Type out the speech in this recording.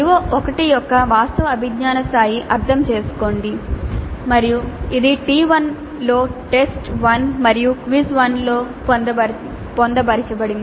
CO1 యొక్క వాస్తవ అభిజ్ఞా స్థాయి "అర్థం చేసుకోండి" మరియు ఇది T1 లో టెస్ట్ 1 మరియు క్విజ్ 1 లో పొందుపరచబడింది